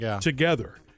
together